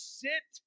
sit